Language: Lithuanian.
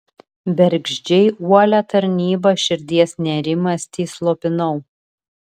bergždžiai uolia tarnyba širdies nerimastį slopinau